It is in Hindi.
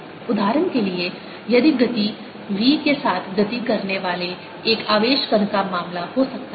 उदाहरण के लिए यह गति v के साथ गति करने वाले एक आवेश कण का मामला हो सकता है